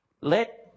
let